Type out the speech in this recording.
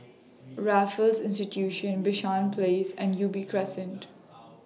Raffles Institution Bishan Place and Ubi Crescent